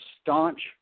staunch